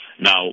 Now